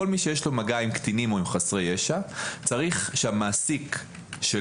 כל מי שיש לו מגע עם קטינים או עם חסרי ישע צריך שהמעסיק שלו